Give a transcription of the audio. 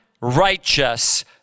righteous